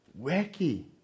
Wacky